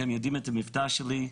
אתם שומעים את המבטא שלי,